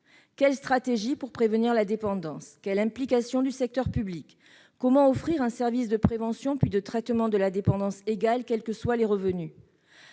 Quelles stratégies pour prévenir la dépendance ? Quelle implication du secteur public ? Comment offrir un service de prévention, puis de traitement de la dépendance égal, quels que soient les revenus ?